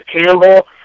Campbell